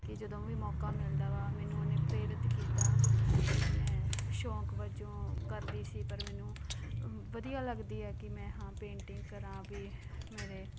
ਕਿ ਜਦੋਂ ਵੀ ਮੌਕਾ ਮਿਲਦਾ ਵਾ ਮੈਨੂੰ ਉਹਨੇ ਪ੍ਰੇਰਿਤ ਕੀਤਾ ਕਿ ਮੈਂ ਸ਼ੌਂਕ ਵਜੋਂ ਕਰਦੀ ਸੀ ਪਰ ਮੈਨੂੰ ਵਧੀਆ ਲੱਗਦੀ ਹੈ ਕਿ ਮੈਂ ਹਾਂ ਪੇਂਟਿੰਗ ਕਰਾਂ ਵੀ ਮੇਰੇ